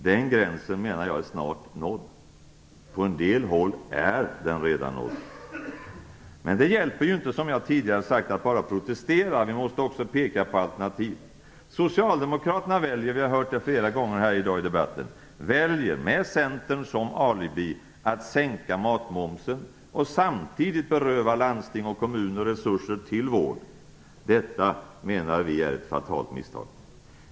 Jag menar att den gränsen snart är nådd. På en del håll är den redan nådd. Men som jag tidigare har sagt hjälper det ju inte att bara protestera - man måste också peka på alternativ. Som vi har hört flera gånger under dagens debatt väljer socialdemokraterna att med Centern som alibi sänka matmomsen och samtidigt beröva landsting och kommuner resurser till vård. Vi kristdemokrater anser att detta är ett fatalt misstag.